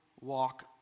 walk